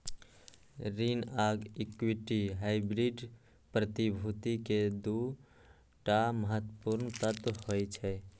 ऋण आ equity hybrid प्रतिभूति के दू टा महत्वपूर्ण तत्व होइ छै